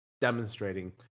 demonstrating